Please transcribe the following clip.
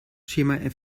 schema